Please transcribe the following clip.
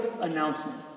announcement